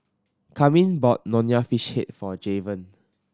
Carmine bought Nonya Fish Head for Javen